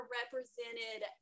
represented